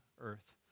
earth